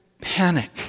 Panic